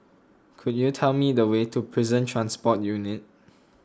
could you tell me the way to Prison Transport Unit